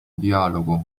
dialogo